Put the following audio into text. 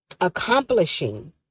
accomplishing